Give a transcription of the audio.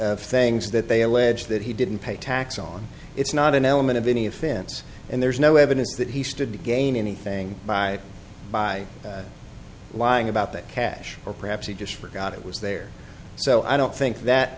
of things that they allege that he didn't pay tax on it's not an element of any offense and there's no evidence that he stood to gain anything by by lying about the cash or perhaps he just forgot it was there so i don't think that